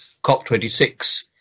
COP26